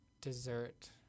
dessert